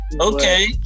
Okay